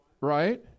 right